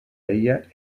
ella